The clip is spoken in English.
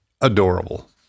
adorable